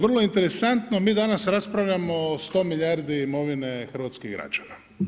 Vrlo interesantno, mi danas raspravljamo o 100 milijardi imovine hrvatskih građana.